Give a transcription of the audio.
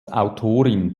autorin